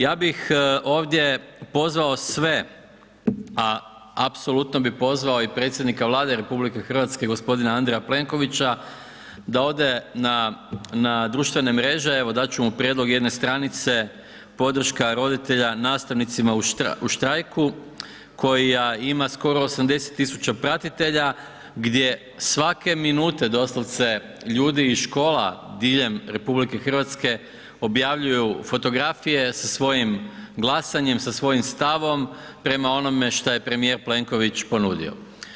Ja bih ovdje pozvao sve, a apsolutno bih pozvao i predsjednika Vlade RH, g. Andreja Plenkovića da ode na društvene mreže, evo dat ću mu prijedlog jedne stranice, Podrška roditelja nastavnicima u štrajku, koja ima skoro 80 tisuća pratitelja gdje svake minute, doslovce, ljudi iz škola diljem RH objavljuju fotografije sa svojim glasanjem, sa svojim stavom, prema onom e što je premijer Plenković ponudio.